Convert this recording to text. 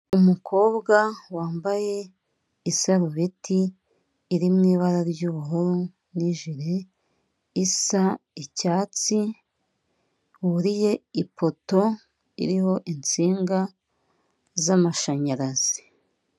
Umukobwa wambaye isarubeti iri mu ibara ry'ubururu n'ijire isa icyatsi wuriye ipoto iriho insinga z'amashanyarazi.